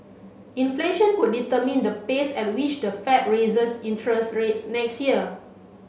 inflation could determine the pace at which the Fed raises interest rates next year